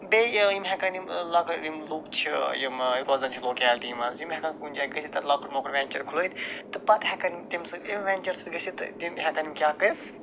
بیٚیہِ یِم ہٮ۪کن یِم لۄکٕٹ یِم لُکھ چھِ یِم روزان چھِ لوکیلٹی منٛز یِم ہٮ۪کن کُنہِ جاے گٔژھِتھ تَتہِ لۄکُٹ مۄکُٹ وٮ۪نٛچر کھُلٲیِتھ تہٕ پتہٕ ہٮ۪کن یِم تَمہِ سۭتۍ ییٚمہِ وٮ۪نٛچر سۭتۍ گٔژھِتھ تِم ہٮ۪کن کیٛاہ کٔرِتھ